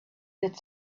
that